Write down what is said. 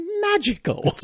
magical